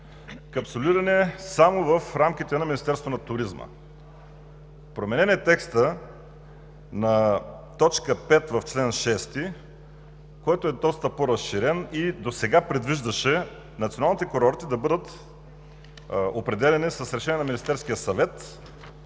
капсулиране само в рамките на Министерството на туризма. Променен е текстът на т. 5 в чл. 6, който е доста по-разширен и досега предвиждаше националните курорти да бъдат определяни с решение на Министерския съвет,